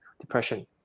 depression